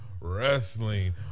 wrestling